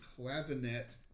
clavinet